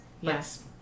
Yes